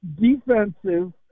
defensive